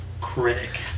critic